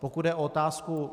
Pokud jde o otázku